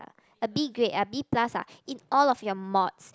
a B grade a B plus ah in all of your mods